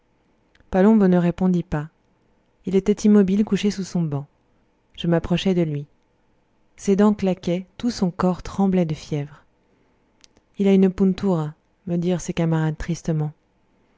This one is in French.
palombo ne répondit pas il était immobile couché sous son banc je m'approchai de lui ses dents claquaient tout son corps tremblait de fièvre il a une pountoura me dirent ses camarades tristement